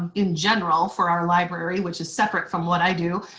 in general, for our library, which is separate form what i do.